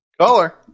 Caller